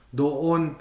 doon